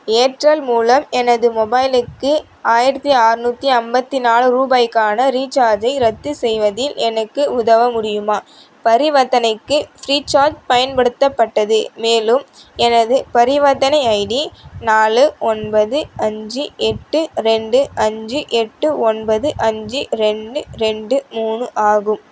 Airtel மூலம் எனது மொபைலுக்கு ஆயிரத்தி ஆறுநூத்தி ஐம்பத்தி நாலு ரூபாய்க்கான ரீச்சார்ஜை ரத்து செய்வதில் எனக்கு உதவ முடியுமா பரிவர்த்தனைக்கு ஃப்ரீசார்ஜ் பயன்படுத்தப்பட்டது மேலும் எனது பரிவர்த்தனை ஐடி நாலு ஒன்பது அஞ்சு எட்டு ரெண்டு அஞ்சு எட்டு ஒன்பது அஞ்சு ரெண்டு ரெண்டு மூணு ஆகும்